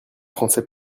français